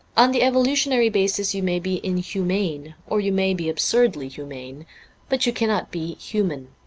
on the evolutionary basis you may be inhumane, or you may be absurdly humane but you cannot be human.